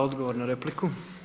Odgovor na repliku.